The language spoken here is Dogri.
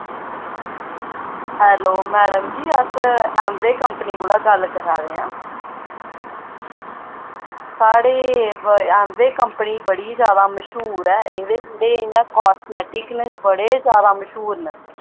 हैल्लो मैड़म जी अस आम्बे कंपनी कोला दा गल्ल करा दे आं साढ़ी आम्बे कंपनी बड़ी जैदा मश्हूर ऐ इस दे कास्मैटिक न इ'यां बड़े जैदा मश्हूर न